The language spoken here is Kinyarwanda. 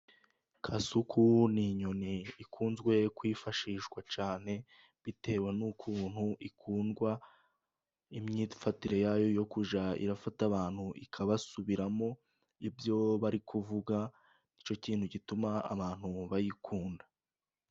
Kasuku ni inyoni ikunzwe kwifashishwa cyane bitewe n'ukuntu ikundwa, imyifatire ya yo yo kujya ifata abantu ikabasubiramo ibyo bari kuvuga, ni cyo kintu gituma abantu bayikunda.